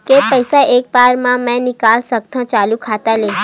के पईसा एक बार मा मैं निकाल सकथव चालू खाता ले?